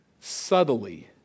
subtly